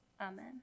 Amen